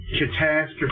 catastrophe